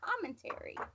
commentary